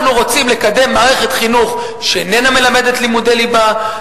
אנחנו רוצים לקדם מערכת חינוך שאיננה מלמדת לימודי ליבה,